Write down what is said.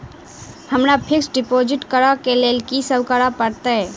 हमरा fix deposit करऽ केँ लेल की सब करऽ पड़त?